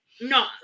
no